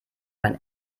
man